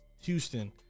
Houston